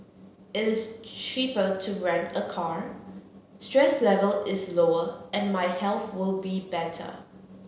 it is cheaper to rent a car stress level is lower and my health will be better